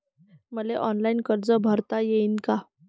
मले ऑनलाईन कर्ज भरता येईन का?